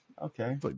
Okay